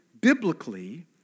biblically